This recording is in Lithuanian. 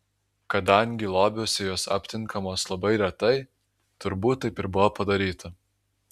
kadangi lobiuose jos aptinkamos labai retai turbūt taip ir buvo padaryta